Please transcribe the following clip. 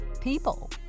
people